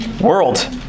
world